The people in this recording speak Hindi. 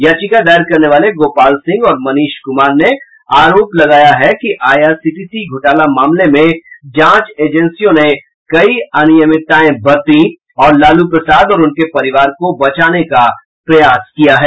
याचिका दायर करने वाले गोपाल सिंह और मनीष कुमार ने आरोप लगाया है कि आईआरसीटीसी घोटाले मामले में जांच एजेंसियों ने कई अनियमिततायें बरती और उनके परिवार को बचाने का प्रयास किया है